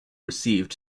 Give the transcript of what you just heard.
received